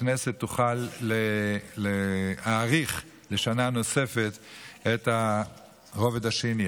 הכנסת תוכל להאריך בשנה נוספת את הרובד השני.